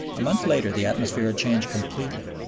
a month later the atmosphere had changed completely.